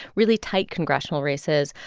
really tight congressional races,